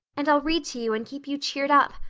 and i'll read to you and keep you cheered up.